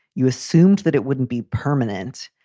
you assumed that it wouldn't be permanent,